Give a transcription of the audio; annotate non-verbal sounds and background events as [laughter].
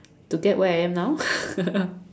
to get where I am now [laughs]